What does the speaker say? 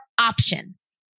options